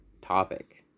topic